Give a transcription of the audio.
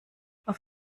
auf